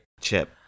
Chip